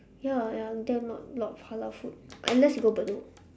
ya ya there not a lot of halal food unless you go bedok